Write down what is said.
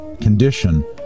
condition